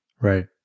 Right